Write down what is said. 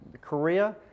Korea